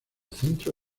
centro